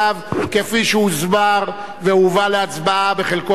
כפי שהוסבר והובא להצבעה בחלקו האחרון